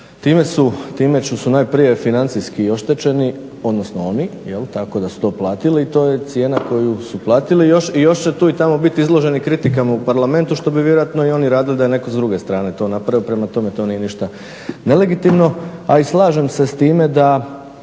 što su najprije financijski oštećeni odnosno oni tako da su to platili i to je cijena koju su platili i još će tu i tamo biti izloženi kritikama u parlamentu što bi vjerojatno i oni radili da je netko s druge strane to napravio, prema tome, to nije ništa nelegitimno. A i slažem se s time da